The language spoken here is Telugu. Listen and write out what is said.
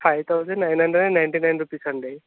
five thousand nine hundred and ninety nine rupees అండి